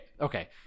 okay